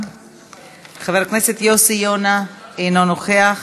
חבר הכנסת יוסי יונה, אינו נוכח,